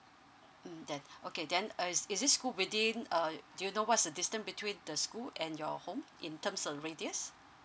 mm then okay then uh is this school within err do you know what's the distance between the school and your home in terms a radius